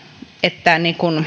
että